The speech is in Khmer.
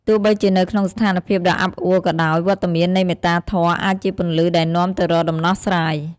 ទោះបីជានៅក្នុងស្ថានភាពដ៏អាប់អួរក៏ដោយ វត្តមាននៃមេត្តាធម៌អាចជាពន្លឺដែលនាំទៅរកដំណោះស្រាយ។